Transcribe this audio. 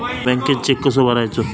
बँकेत चेक कसो भरायचो?